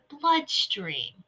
bloodstream